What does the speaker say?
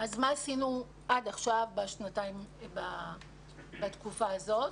מה עשינו עד עכשיו בתקופה הזאת.